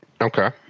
Okay